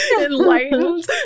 Enlightened